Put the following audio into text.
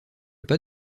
pas